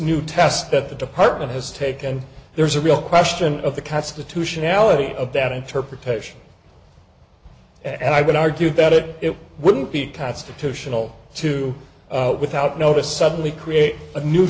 new test that the department has taken there's a real question of the constitutionality of that interpretation and i would argue that it wouldn't be constitutional to without notice suddenly create a new